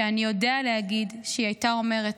שאני יודע להגיד שהיא הייתה אומרת: